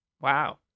Wow